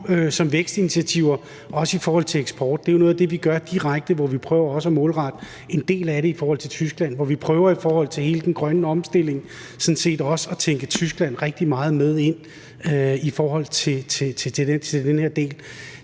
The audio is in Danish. som vækstinitiativer, også i forhold til eksport – det er jo noget af det, vi gør direkte – prøver vi også at målrette en del af i forhold til Tyskland, og vi prøver i forhold til hele den grønne omstilling sådan set også at tænke Tyskland rigtig meget med ind i den her del.